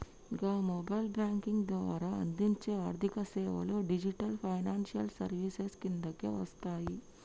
గా mobile banking ద్వారా అందించే ఆర్థికసేవలు డిజిటల్ ఫైనాన్షియల్ సర్వీసెస్ కిందకే వస్తయి